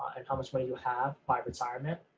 and how much money you'll have by retirement,